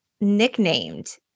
nicknamed